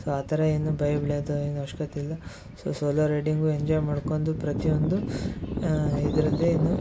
so ಆ ಥರ ಏನು ಭಯ ಬೀಳೋದು ಏನೂ ಅವಶ್ಕತೆ ಇಲ್ಲ ಸೋ ಸೋಲೊ ರೈಡಿಂಗು ಎಂಜಾಯ್ ಮಾಡ್ಕೊಂಡು ಪ್ರತಿಯೊಂದು ಇದರಲ್ಲಿ ಏನು